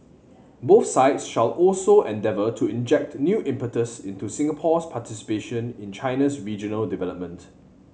both sides shall also endeavour to inject new impetus into Singapore's participation in China's regional development